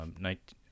night